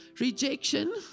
rejection